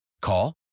Call